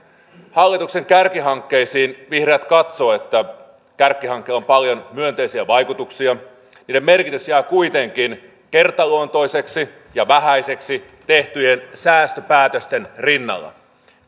hallituksen kärkihankkeisiin vihreät katsoo että kärkihankkeilla on paljon myönteisiä vaikutuksia niiden merkitys jää kuitenkin kertaluontoiseksi ja vähäiseksi tehtyjen säästöpäätösten rinnalla